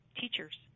teachers